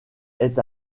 est